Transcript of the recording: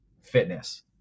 fitness